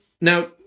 now